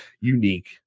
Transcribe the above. unique